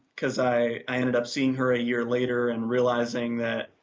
because i i ended up seeing her a year later and realizing that,